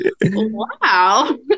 Wow